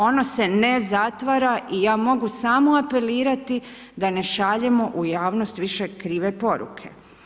Ono se ne zatvara i ja mogu samo apelirati da ne šaljemo u javnost više krive poruke.